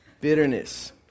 bitterness